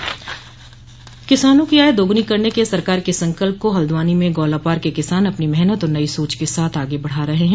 सह फसली खेती किसानों की आय दोगुनी करने के सरकार के संकल्प को हल्द्वानी में गौला पार के किसान अपनी मेहनत और नई सोच के साथ आगे बढ़ा रहे हैं